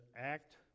act